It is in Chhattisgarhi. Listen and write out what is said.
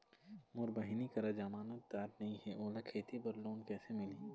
मोर बहिनी करा जमानतदार नई हे, ओला खेती बर लोन कइसे मिलही?